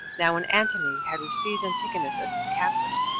now when antony had received antigonus as his captive,